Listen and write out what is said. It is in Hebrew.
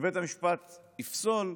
שבית המשפט יפסול,